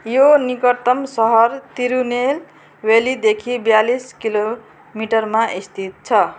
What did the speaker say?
यो निकटतम सहर तिरुनेलरेलीदेखि बयालिस किलोमिटरमा स्थित छ